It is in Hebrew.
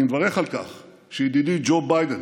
אני מברך על כך שידידי ג'ו ביידן,